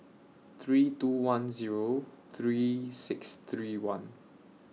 three two one Zero three six three one